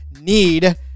need